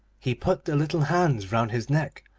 he put the little hands round his neck,